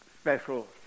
special